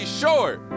short